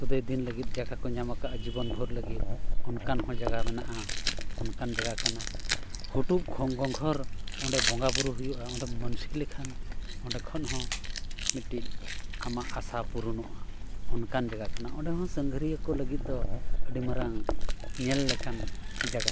ᱥᱩᱫᱟᱹᱭ ᱫᱤᱱ ᱞᱟᱹᱜᱤᱫ ᱡᱟᱭᱜᱟ ᱠᱚ ᱧᱟᱢ ᱟᱠᱟᱫᱼᱟ ᱡᱤᱵᱚᱱ ᱵᱷᱳᱨ ᱞᱟᱹᱜᱤᱫ ᱚᱱᱠᱟᱱ ᱦᱚᱸ ᱡᱟᱭᱜᱟ ᱢᱮᱱᱟᱜᱼᱟ ᱚᱱᱠᱟᱱ ᱡᱟᱭᱜᱟ ᱠᱟᱱᱟ ᱦᱩᱴᱩᱵ ᱠᱷᱚᱱ ᱜᱷᱚᱸᱜᱚᱨ ᱚᱸᱰᱮ ᱵᱚᱸᱜᱟᱼᱵᱩᱨᱩ ᱦᱩᱭᱩᱜᱼᱟ ᱚᱸᱰᱮᱢ ᱢᱟᱹᱱᱥᱤᱠ ᱞᱮᱠᱷᱟᱱ ᱚᱸᱰᱮ ᱠᱷᱚᱱ ᱢᱤᱫᱴᱤᱡ ᱟᱢᱟᱜ ᱟᱥᱟ ᱯᱩᱨᱚᱱᱚᱜᱼᱟ ᱚᱱᱠᱟᱱ ᱡᱟᱭᱜᱟ ᱠᱟᱱᱟ ᱚᱸᱰᱮ ᱦᱚᱸ ᱥᱟᱸᱜᱷᱟᱨᱤᱭᱟᱹ ᱠᱚ ᱞᱟᱹᱜᱤᱫ ᱫᱚ ᱟᱹᱰᱤ ᱢᱟᱨᱟᱝ ᱧᱮᱞ ᱞᱮᱠᱟᱱ ᱡᱟᱭᱜᱟ ᱠᱟᱱᱟ